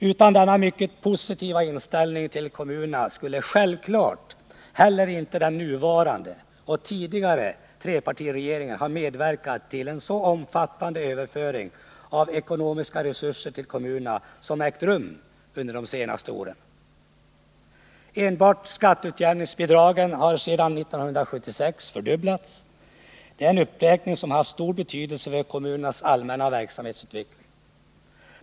Utan denna mycket positiva inställning till kommunerna skulle självklart heller inte den nuvarande och den tidigare trepartiregeringen ha medverkat till en så omfattande överföring av ekonomiska resurser till kommunerna som ägt rum under de senaste åren. Enbart skatteutjämningsbidragen har sedan 1976 fördubblats. Det är en uppräkning som haft stor betydelse för kommunernas allmänna verksamhetsutveckling.